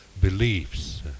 beliefs